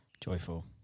Joyful